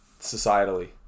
societally